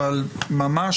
לא,